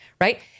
right